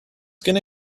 gonna